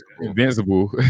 Invincible